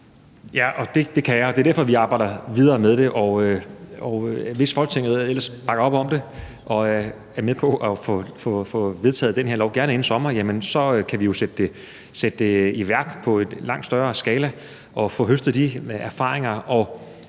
det kan jeg, og det er derfor, vi arbejder videre med det. Hvis Folketinget ellers bakker op om det og er med på at få vedtaget den her lov, gerne inden sommer, jamen så kan vi jo sætte det i værk i en langt større skala og få høstet de erfaringer.